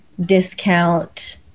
discount